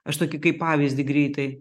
aš tokį kaip pavyzdį greitai